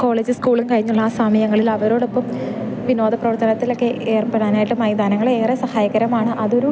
കോളേജും സ്കൂളും കഴിഞ്ഞുള്ള ആ സമയങ്ങളിൽ അവരോടൊപ്പം വിനോദ പ്രവർത്തനത്തിലൊക്കെ ഏർപ്പെടാനായിട്ട് മൈതാനങ്ങൾ ഏറെ സഹായകരമാണ് അതൊരു